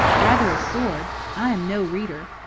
rather a sword i am no reader!